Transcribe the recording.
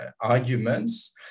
arguments